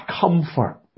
comfort